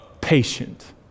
patient